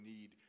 need